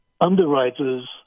underwriters